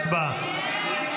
הצבעה.